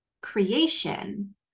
creation